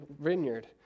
vineyard